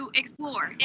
explore